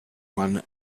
one